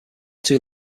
too